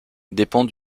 dépend